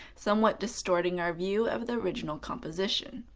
somewhat distorting our view of the original composition.